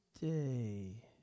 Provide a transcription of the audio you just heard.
Day